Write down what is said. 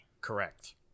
Correct